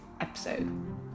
episode